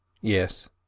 Yes